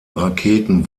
raketen